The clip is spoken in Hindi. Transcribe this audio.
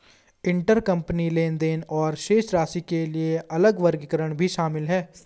इंटरकंपनी लेनदेन और शेष राशि के लिए अलग वर्गीकरण भी शामिल हैं